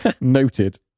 Noted